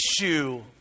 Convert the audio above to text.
issue